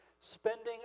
spending